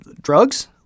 drugs